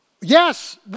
Yes